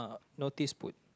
notice put